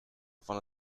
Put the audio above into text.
van